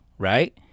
Right